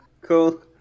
Cool